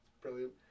brilliant